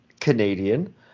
Canadian